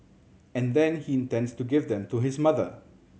and then he intends to give them to his mother